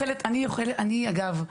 אגב,